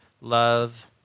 love